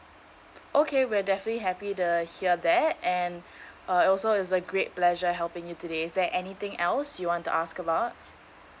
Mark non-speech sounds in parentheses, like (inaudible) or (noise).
okay we'll definitely happy to hear that and (breath) uh also is a great pleasure helping you today is there anything else you want to ask about